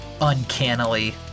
uncannily